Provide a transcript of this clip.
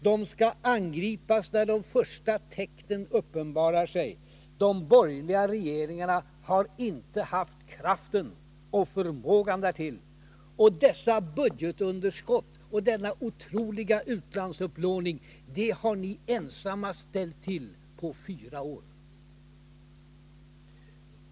De skall angripas när de första tecknen uppenbarar sig. De borgerliga regeringarna har inte haft kraften och förmågan därtill. Och dessa budgetunderskott och denna otroliga utlandsupplåning har ni ensamma ställt till på fyra år.